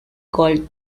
gold